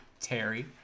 Terry